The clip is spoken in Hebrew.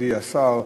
מכובדי השר,